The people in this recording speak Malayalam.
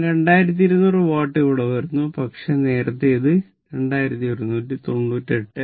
ആകെ 2200 വാട്ട് ഇവിടെ വരുന്നു പക്ഷെ നേരത്തെ ഇത് 2198